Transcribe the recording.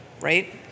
right